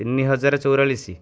ତିନି ହଜାର ଚଉରାଳିଶି